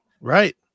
right